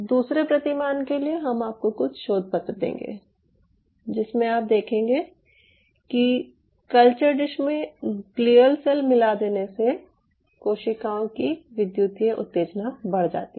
दूसरे प्रतिमान के लिए हम आपको कुछ शोध पत्र देंगे जिसमें आप देखेंगे कि कल्चर डिश में ग्लियल सेल मिला देने से कोशिकाओं की विद्युतीय उत्तेजना बढ़ जाती है